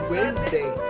Wednesday